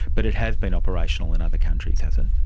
but it has been operational in other countries, has it?